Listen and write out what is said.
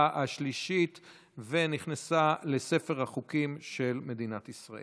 ארבעה חברי כנסת, מתנגדים, אין, נמנעים, אין.